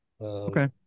Okay